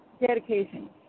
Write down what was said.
dedication